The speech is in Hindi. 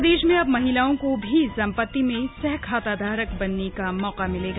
प्रदेश में अब महिलाओं को भी संपत्ति में सहखाताधारक बनने का मौका मिलेगा